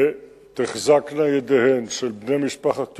ותחזקנה ידיהם של בני משפחת יובל,